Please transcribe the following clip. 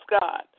God